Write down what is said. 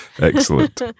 Excellent